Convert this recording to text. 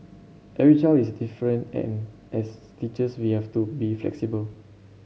every child is different and as teachers we have to be flexible